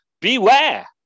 Beware